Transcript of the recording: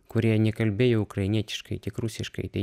kurie nekalbėjo ukrainietiškai tik rusiškai tai